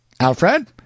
Alfred